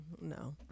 No